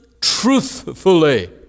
truthfully